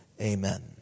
Amen